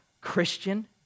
Christian